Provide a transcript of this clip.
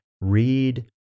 read